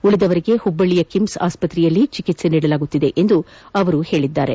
ಉಳಿದವಿಂಗೆ ಮಬ್ಬಳ್ಳಿಯ ಕಿಮ್ಸ್ ಆಸ್ಪತ್ರೆಯಲ್ಲಿ ಚಿಕಿತ್ಸೆ ನೀಡಲಾಗುತ್ತಿದೆ ಎಂದು ಅವರು ಹೇಳಿದರು